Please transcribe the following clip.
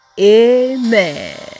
Amen